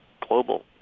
global